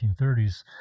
1930s